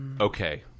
Okay